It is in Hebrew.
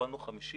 קיבלנו 50,